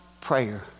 prayer